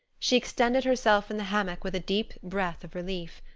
she extended herself in the hammock with a deep breath of relief.